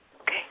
Okay